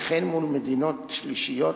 וכן מול מדינות שלישיות,